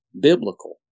biblical